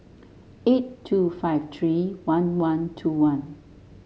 eight two five three one one two one